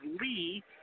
Lee